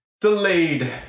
delayed